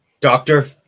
doctor